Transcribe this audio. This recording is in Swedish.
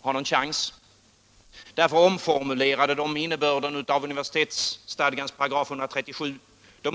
ha någon chans. Därför omformulerade de innebörden av universitetsstadgans 137 §.